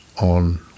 on